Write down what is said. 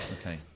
Okay